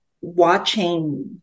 watching